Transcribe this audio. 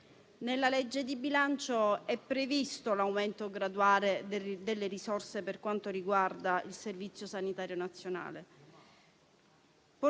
Nella legge di bilancio è previsto l'aumento graduale delle risorse per quanto riguarda il Servizio sanitario nazionale